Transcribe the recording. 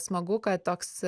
smagu kad toks